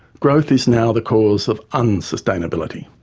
growth is now the cause of unsustainability.